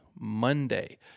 Monday